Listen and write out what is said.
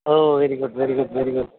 oh very good very good